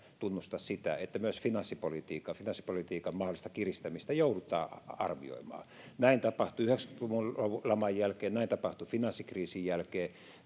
tunnusta sitä että myös finanssipolitiikan finanssipolitiikan mahdollista kiristämistä joudutaan arvioimaan näin tapahtui yhdeksänkymmentä luvun laman jälkeen näin tapahtui finanssikriisin jälkeen